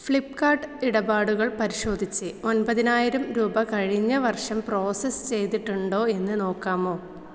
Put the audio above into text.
ഫ്ലിപ്പ്കാർട്ട് ഇടപാടുകൾ പരിശോധിച്ച് ഒൻപതിനായിരം രൂപ കഴിഞ്ഞ വർഷം പ്രോസസ്സ് ചെയ്തിട്ടുണ്ടോ എന്ന് നോക്കാമോ